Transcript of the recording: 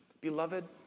Beloved